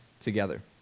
together